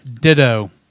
ditto